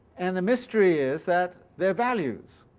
and the mystery is that they're values,